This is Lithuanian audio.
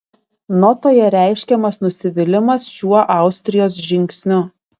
notoje reiškiamas nusivylimas šiuo austrijos žingsniu